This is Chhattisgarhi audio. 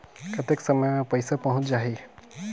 कतेक समय मे पइसा पहुंच जाही?